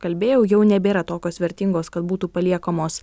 kalbėjau jau nebėra tokios vertingos kad būtų paliekamos